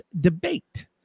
debate